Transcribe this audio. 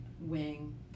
wing